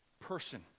person